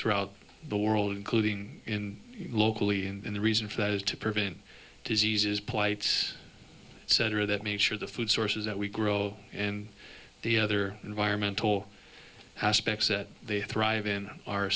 throughout the world including in locally and the reason for that is to prevent diseases plights cetera that make sure the food sources that we grow and the other environmental aspects that they thrive in